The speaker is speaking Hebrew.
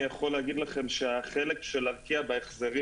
אני יכול להגיד לכם שהחלק של ארקיע בהחזרים